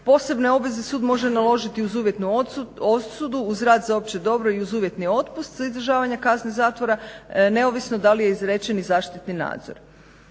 Posebne obveze sud može naložiti uz uvjetnu osudu uz rad za opće dobro i uz uvjetni otpust za izdržavanje kazne zatvora neovisno da li je izrečen i zaštitni nadzor.